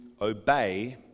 obey